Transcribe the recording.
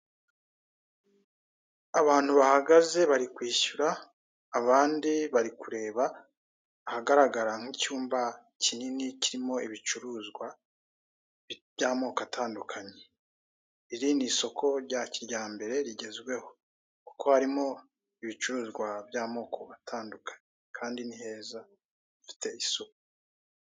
Abantu bahagaze bari kwishyura, abandi bari kureba, ahagaragara nk'icyumba kinini kirimo ibicuruzwa by'amoko atandukanye, iri ni isoko rya kijyambere rigezweho kuko harimo ibicuruzwa by'amoko atandukanye kandi ni heza hafite isuku.